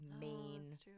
main